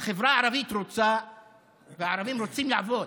החברה הערבית והערבים רוצים לעבוד.